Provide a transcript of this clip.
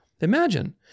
Imagine